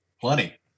plenty